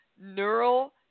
neural